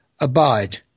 abide